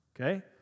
Okay